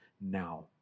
now